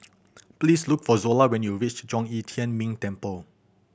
please look for Zola when you reach Zhong Yi Tian Ming Temple